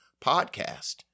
podcast